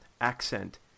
accent